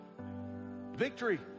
Victory